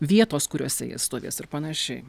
vietos kuriose jie stovės ir panašiai